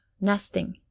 Nesting